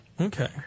Okay